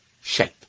shape